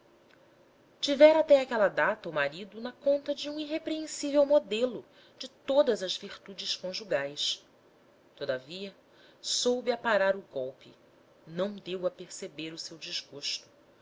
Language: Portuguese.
tivera até aquela data o marido na conta de um irrepreensível modelo de todas as virtudes conjugais todavia soube aparar o golpe não deu a perceber o seu desgosto